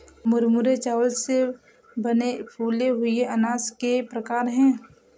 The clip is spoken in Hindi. मुरमुरे चावल से बने फूले हुए अनाज के प्रकार है